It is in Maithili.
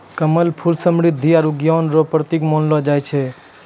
कमल फूल के समृद्धि आरु ज्ञान रो प्रतिक मानलो जाय छै